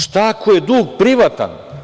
Šta ako je dug privatan?